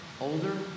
older